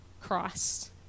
Christ